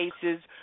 cases